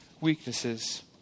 weaknesses